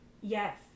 Yes